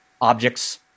objects